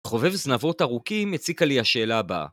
חובב זנבות ארוכים הציקה לי השאלה הבאה.